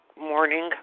morning